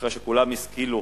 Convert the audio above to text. אחרי שכולם השכילו,